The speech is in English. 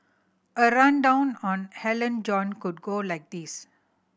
a rundown on Alan John could go like this